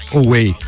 away